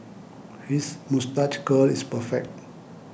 his moustache curl is perfect